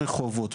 ברחובות,